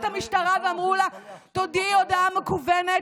המשטרה ואמרו לה: תודיעי הודעה מקוונת,